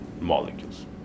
molecules